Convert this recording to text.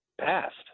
past